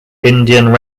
indian